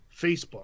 Facebook